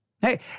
Hey